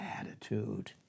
attitude